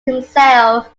himself